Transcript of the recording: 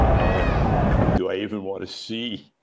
and do i even want to see